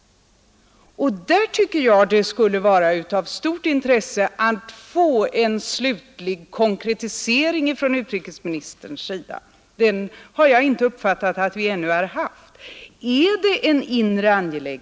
På den punkten tycker jag det skulle vara av stort intresse att få en slutlig konkretisering från utrikesministern; den har jag inte uppfattat att vi ännu har fått.